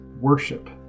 worship